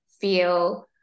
feel